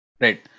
Right